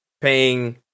paying